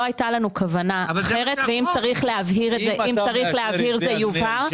לא הייתה לנו כוונה אחרת ואם צריך להבהיר את זה זה יובהר.